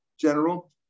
general